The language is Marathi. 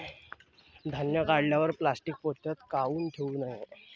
धान्य काढल्यानंतर प्लॅस्टीक पोत्यात काऊन ठेवू नये?